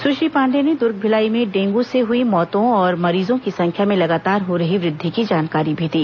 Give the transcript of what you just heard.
सुश्री पांडेय ने दूर्ग भिलाई में डेंगू से हई मौतों और मरीजों की संख्या में लगातार हो रही वृद्वि की जानकारी भी दी